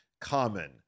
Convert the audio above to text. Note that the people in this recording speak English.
common